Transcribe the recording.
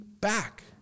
back